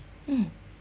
mm